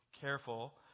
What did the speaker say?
careful